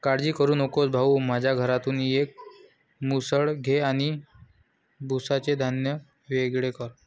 काळजी करू नकोस भाऊ, माझ्या घरातून एक मुसळ घे आणि भुसाचे धान्य वेगळे कर